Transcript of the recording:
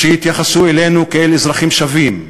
שיתייחסו אלינו כאל אזרחים שווים.